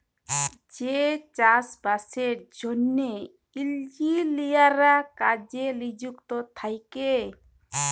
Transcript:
যে চাষ বাসের জ্যনহে ইলজিলিয়াররা কাজে লিযুক্ত থ্যাকে